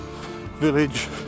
village